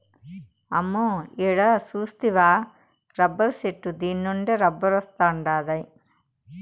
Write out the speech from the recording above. అమ్మో ఈడ సూస్తివా రబ్బరు చెట్టు దీన్నుండే రబ్బరొస్తాండాది